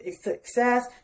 success